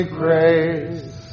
grace